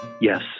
Yes